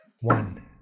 One